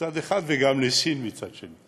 מצד אחד וגם לסין מצד שני.